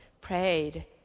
prayed